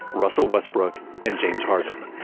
russell westbrook, and james harden.